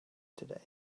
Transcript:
today